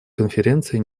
конференции